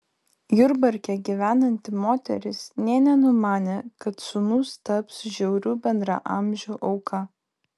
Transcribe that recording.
jurbarke gyvenanti moteris nė nenumanė kad sūnus taps žiaurių bendraamžių auka